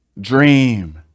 Dream